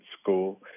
school